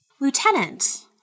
Lieutenant